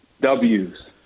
W's